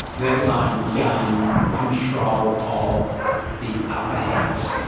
let alone gain control of the upper house.